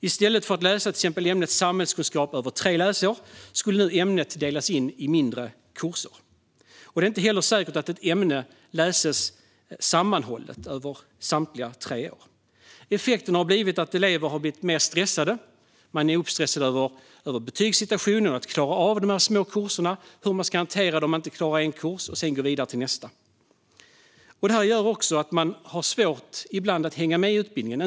I stället för att läsa till exempel ämnet samhällskunskap över tre läsår skulle ämnet nu delas in i mindre kurser. Det är inte heller säkert att ett ämne läses sammanhållet under samtliga tre år. Effekten har blivit att elever har blivit mer stressade. De är stressade över betygssituationen, över att klara av dessa små kurser och över hur de ska hantera situationen om de inte klarar en kurs och sedan ska gå vidare till nästa. Detta gör också att eleverna ibland har svårt att hänga med i utbildningen.